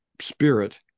spirit